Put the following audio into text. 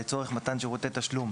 לצורך מתן שירותי תשלום,